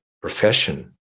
profession